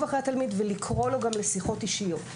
אחרי התלמיד ולקרוא לו גם לשיחות אישיות.